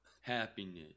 Happiness